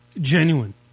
genuine